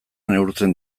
neurtzen